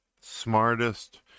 smartest